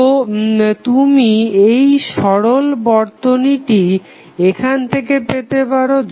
তো তুমি এই সরল বর্তনীটি এখান থেকে পেতে পারো